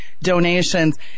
donations